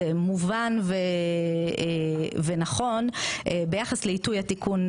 זה מובן ונכון ביחס לעיתוי התיקון,